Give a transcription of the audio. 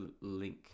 link